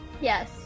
Yes